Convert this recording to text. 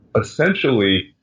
essentially